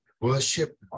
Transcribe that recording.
worship